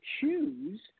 choose